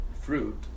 fruit